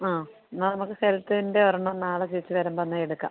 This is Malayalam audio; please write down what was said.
ആ എന്നാൽ നമുക്ക് ഹെൽത്തിൻ്റെ ഒരെണ്ണം നാളെ ചേച്ചി വരുമ്പം എന്നാൽ എടുക്കാം